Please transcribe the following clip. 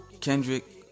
Kendrick